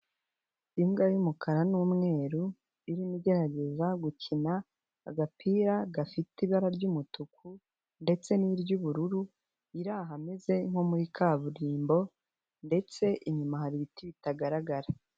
Imbwa y'umukara n'umweru irimo igerageza gukina agapira gafite ibara ry'umutuku ndetse n'iry'ubururu, iri ahameze nko muri kaburimbo ndetse inyuma hari ibiti bitagaragara.